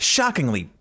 Shockingly